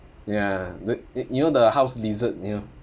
ya the y~ you know the house lizard you know